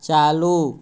चालू